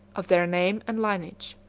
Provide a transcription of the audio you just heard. of their name and lineage.